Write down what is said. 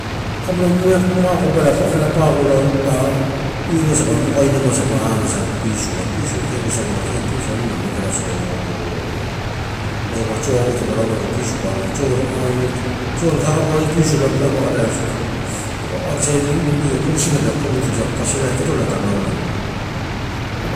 Kabuna meak magobela amela pao golo pao, io nasa gapai mokainamasa pa ana sa pisu, a pisu kee wasagu na ke pisu an mageala sooma. Wasagula tio auru tape lauma lago pisu pa aloina tioni tion kakabu ani pisu mapa kadaia akisui nu io kukurisina pe kokoputudia kasi ela ketolola tadina ola na.